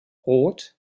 rot